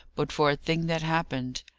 but for a thing that happened.